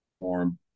form